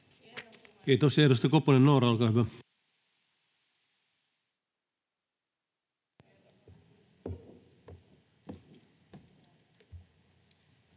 Kiitos.